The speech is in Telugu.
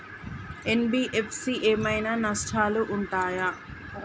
ఎన్.బి.ఎఫ్.సి ఏమైనా నష్టాలు ఉంటయా?